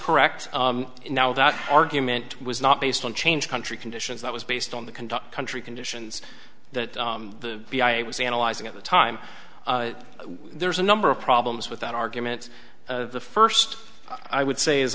correct now that argument was not based on change country conditions that was based on the conduct country conditions that the cia was analyzing at the time there's a number of problems with that argument the first i would say is